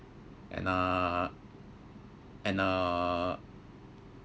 and uh and uh